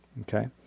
okay